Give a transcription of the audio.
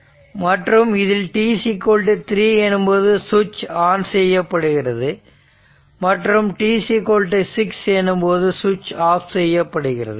மற்றும் இதில் t3 எனும்போது சுவிட்ச் ஆன் செய்யப்படுகிறது மற்றும் t6 எனும்போது சுவிட்ச் ஆப் செய்யப்படுகிறது